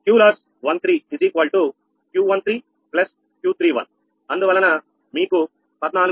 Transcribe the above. QLOSS 13 Q13 Q31 అందువలన మీకు14